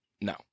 No